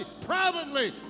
privately